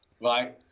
right